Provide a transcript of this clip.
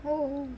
oh